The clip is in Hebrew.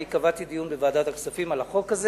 אני קבעתי דיון בוועדת הכספים על החוק הזה